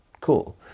Cool